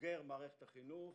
בוגר מערכת החינוך,